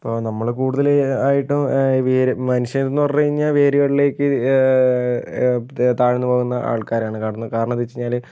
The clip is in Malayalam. ഇപ്പോൾ നമ്മൾ കൂടുതൽ ആയിട്ടും വേര് മനുഷ്യർ എന്ന് പറഞ്ഞു കഴിഞ്ഞാൽ വേരുകളിലേക്ക് താഴ്ന്നു പോകുന്ന ആൾക്കാരാണ് കാരണം കാരണംമെന്താണെന്ന് വെച്ചുകഴിഞ്ഞാൽ